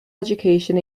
education